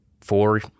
four